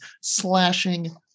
slashing